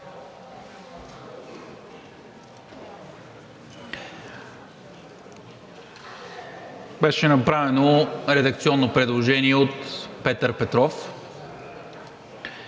Беше направено редакционно предложение от Петър Петров.